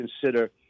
consider